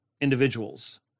individuals